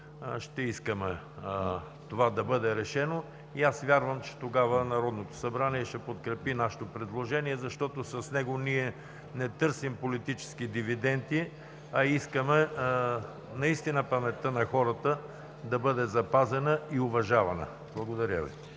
ще искаме това да бъде решено и аз вярвам, че тогава Народното събрание ще подкрепи нашето предложение. Защото с него ние не търсим политически дивиденти, а искаме наистина паметта на хората да бъде запазена и уважавана. Благодаря Ви.